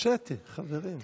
שֶׁטֶה, חברים.